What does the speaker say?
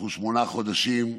אנחנו שמונה חודשים,